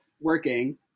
working